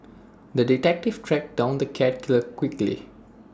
the detective tracked down the cat killer quickly